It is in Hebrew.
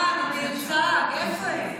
"המגוון", "המיוצג" איפה הם?